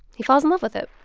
he falls in love with it